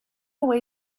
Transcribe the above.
away